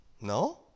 No